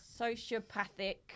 Sociopathic